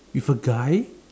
with a guy